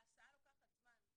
ההסעה לוקחת זמן.